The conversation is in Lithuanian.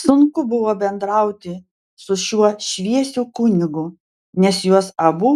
sunku buvo bendrauti su šiuo šviesiu kunigu nes juos abu